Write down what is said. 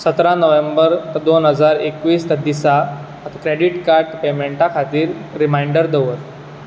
सतरा नोव्हेंबर दोन हजार एकवीस दिसा क्रॅडिट कार्ड पेमेंटा खातीर रिमांयडर दवर